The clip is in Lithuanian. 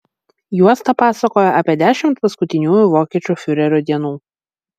juosta pasakoja apie dešimt paskutiniųjų vokiečių fiurerio dienų